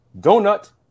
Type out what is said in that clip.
donut